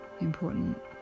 important